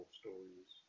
stories